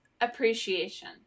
appreciation